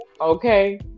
okay